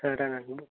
సరే అండి